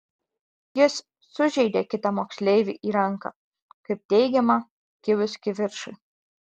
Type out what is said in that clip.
jis sužeidė kitą moksleivį į ranką kaip teigiama kilus kivirčui